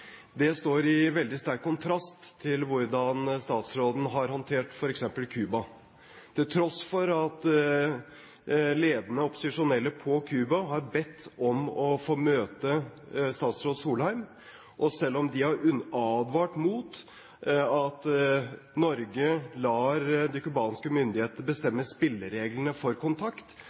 Det står i veldig sterk kontrast til hvordan statsråden har håndtert f.eks. Cuba. Til tross for at ledende opposisjonelle på Cuba har bedt om å få møte statsråd Solheim, og selv om de har advart mot at Norge lar de cubanske myndighetene bestemme spillereglene for kontakt,